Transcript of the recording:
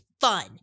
fun